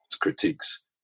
critiques